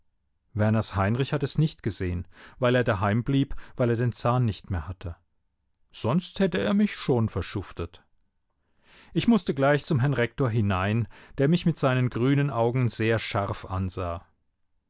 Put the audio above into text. werners heinrich hat es nicht gesehen weil er daheim blieb weil er den zahn nicht mehr hatte sonst hätte er mich schon verschuftet ich mußte gleich zum herrn rektor hinein der mich mit seinen grünen augen sehr scharf ansah